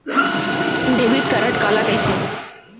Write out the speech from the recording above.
Debit card काला कहिथे?